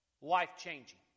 life-changing